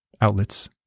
outlets